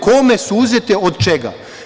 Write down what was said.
Kome su uzete, od čega?